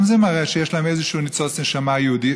גם זה מראה שיש להם איזה ניצוץ נשמה יהודי,